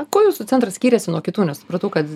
kuo jūsų centras skiriasi nuo kitų nes supratau kad